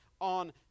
on